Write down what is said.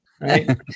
right